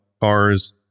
cars